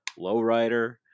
Lowrider